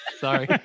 Sorry